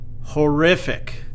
horrific